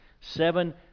seven